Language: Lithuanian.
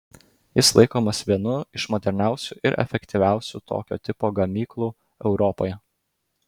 jis laikomas vienu iš moderniausių ir efektyviausių tokio tipo gamyklų europoje